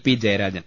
P Jayarajan